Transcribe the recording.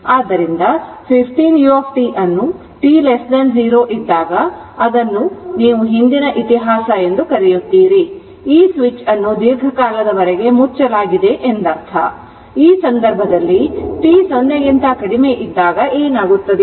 ಆದ್ದರಿಂದ15u ಅನ್ನು t0 ಇದ್ದಾಗ ಅದನ್ನು ನೀವು ಹಿಂದಿನ ಇತಿಹಾಸ ಎಂದು ಕರೆಯುತ್ತೀರಿ ಆದ್ದರಿಂದ ಈ ಸ್ವಿಚ್ ಅನ್ನು ದೀರ್ಘಕಾಲದವರೆಗೆ ಮುಚ್ಚಲಾಗಿದೆ ಎಂದರ್ಥ ಆದ್ದರಿಂದ ಈ ಸಂದರ್ಭದಲ್ಲಿ t 0 ಕ್ಕಿಂತ ಕಡಿಮೆ ಇದ್ದಾಗ ಏನಾಗುತ್ತದೆ